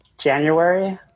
January